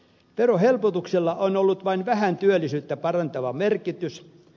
verohelpotuksilla on ollut vain vähän työllisyyttä parantava merkitys